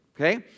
okay